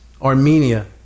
Armenia